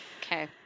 Okay